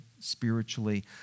spiritually